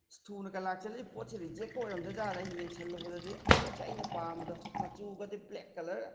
ꯑꯁ ꯊꯨꯅꯒ ꯂꯛꯁꯤꯟꯂꯛꯏ ꯄꯣꯠꯁꯦ ꯔꯤꯖꯦꯛꯀ ꯑꯣꯏꯔꯝꯗꯣꯏꯖꯥꯠꯂꯅ ꯌꯦꯡꯁꯤꯟꯂꯨꯕꯗꯗꯤ ꯄꯣꯠꯁꯦ ꯑꯩꯅ ꯄꯥꯝꯕꯗꯣ ꯃꯆꯨꯒꯗꯤ ꯕ꯭ꯂꯦꯛ ꯀꯂꯔ